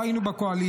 לא היינו בקואליציה,